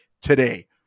today